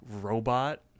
robot